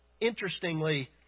Interestingly